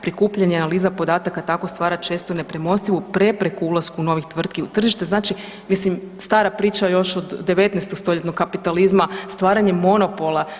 Prikupljanje i analiza podataka tako stvara često nepremostivu prepreku ulasku novih tvrtki u tržište, znači mislim stara priča još od 19-stoljetnog kapitalizma stvaranjem monopola.